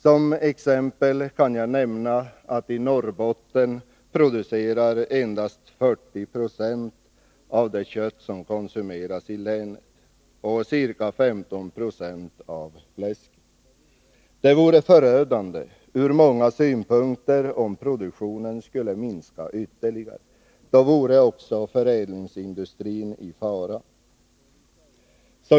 Som exempel kan jag nämna att det i Norrbotten endast produceras 40 90 av det kött som konsumeras i länet och ca 1596 av fläsket. Det vore förödande ur många synpunkter om produktionen skulle minska ytterligare. Då vore också förädlingsindustrin i fara.